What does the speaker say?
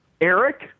Eric